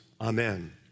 Amen